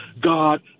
God